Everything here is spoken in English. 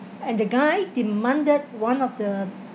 and the guy demanded one of the